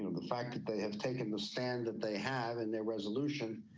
the fact that they have taken the stance that they have in their resolution.